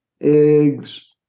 eggs